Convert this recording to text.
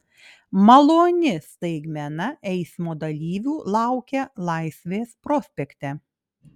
maloni staigmena eismo dalyvių laukia laisvės prospekte